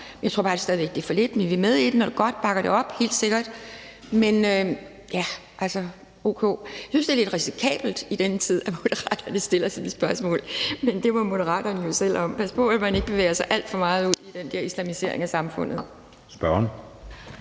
jeg tror bare stadig væk, det er for lidt. Men vi er med i den, og det er godt, og vi bakker det op, helt sikkert. Men ja, altså, jeg synes, det er lidt risikabelt i denne tid, at Moderaterne stiller sådan et spørgsmål, men det må Moderaterne jo selv om. Pas på, at man ikke bevæger sig alt for meget ud i den der islamisering af samfundet. Kl.